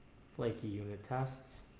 flaky unit tests